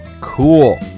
cool